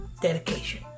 dedication